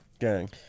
Gang